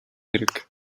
хэрэг